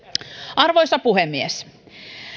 arvoisa puhemies